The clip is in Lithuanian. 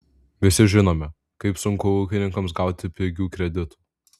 visi žinome kaip sunku ūkininkams gauti pigių kreditų